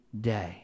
day